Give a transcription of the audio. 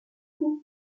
coup